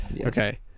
okay